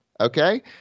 okay